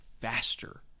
faster